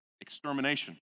extermination